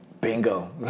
Bingo